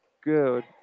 good